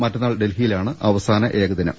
മറ്റന്നാൾ ഡൽഹിയിലാണ് അവസാ ന ഏകദിനം